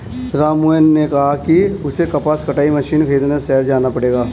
राममोहन ने कहा कि उसे कपास कटाई मशीन खरीदने शहर जाना पड़ेगा